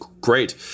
great